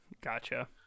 Gotcha